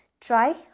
Try